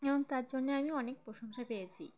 এবং তার জন্যে আমি অনেক প্রশংসা পেয়েছি